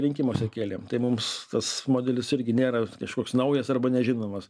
rinkimuose kėlėm tai mums tas modelis irgi nėra kažkoks naujas arba nežinomas